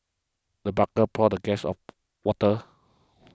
the butler poured the guest of water